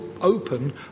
open